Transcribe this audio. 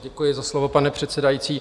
Děkuji za slovo, pane předsedající.